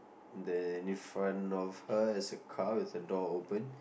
then in front of her is a car with a door open